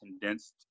condensed